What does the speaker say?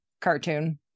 cartoon